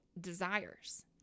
desires